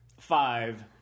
Five